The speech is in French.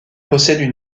possèdent